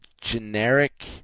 generic